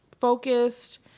focused